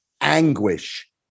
anguish